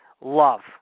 love